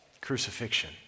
crucifixion